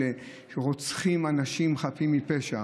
אלה שרוצחים אנשים חפים מפשע.